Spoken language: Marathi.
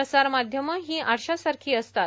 प्रसार माध्यमं ही आरशासारखी असतात